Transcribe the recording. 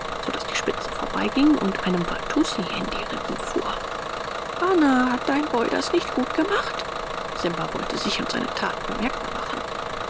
so daß die spitze vorbei ging und einem watussi in die rippen fuhr bana hat dein boy das nicht gut gemacht simba wollte sich und seine tat bemerkbar machen